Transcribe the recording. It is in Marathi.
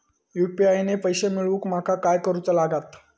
यू.पी.आय ने पैशे मिळवूक माका काय करूचा लागात?